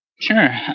Sure